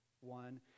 one